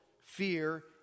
fear